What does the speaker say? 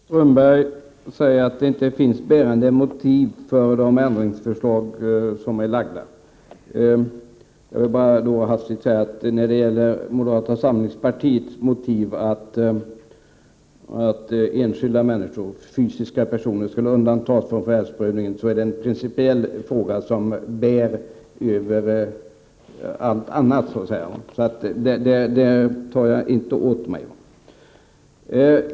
Herr talman! Håkan Strömberg säger att det inte finns bärande motiv för de ändringsförslag som vi framför. Jag vill bara hastigt säga att moderata samlingspartiets motiv för att enskilda människor, fysiska personer, skulle undantas från förvärvsprövningen är bärande och går före allt annat, så jag tar inte åt mig av den kritiken.